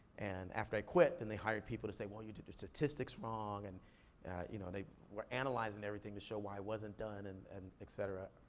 and after i quit, then they hired people to say, well, you did your statistics wrong, and you know they were analyzing everything to show why it wasn't done, and and et cetera,